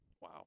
Wow